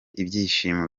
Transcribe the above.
ibyishimo